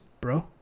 bro